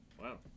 Wow